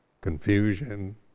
confusion